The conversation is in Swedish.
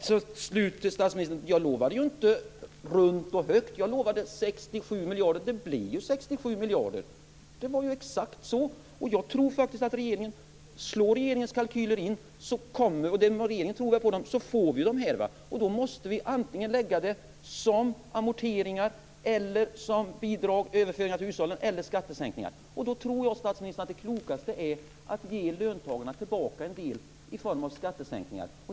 Fru talman! Slutligen till statsministern: Jag lovade inte runt och högt. Jag lovade 67 miljarder, och det blev ju 67 miljarder. Det var ju exakt så! Jag tror faktiskt att slår regeringens kalkyler in - och regeringen tror ju på dem - får vi dessa miljarder. Då måste vi antingen lägga det som amorteringar, bidrag och överföringar till hushållen eller som skattesänkningar. Då tror jag, statsministern, att det klokaste är att ge löntagarna tillbaka en del i form av skattesänkningar.